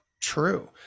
true